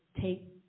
take